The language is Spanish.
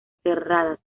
serradas